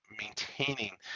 maintaining